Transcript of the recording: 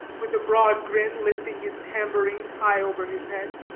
with a broad grin lifting his tambourine high over his head.